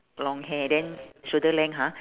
long hair then shoulder length ha